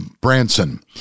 Branson